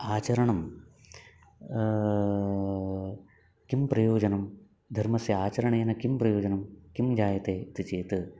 आचरणं किं प्रयोजनं धर्मस्य आचरणेन किं प्रयोजनं किं जायते इति चेत्